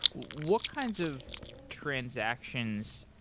what kinds of transactions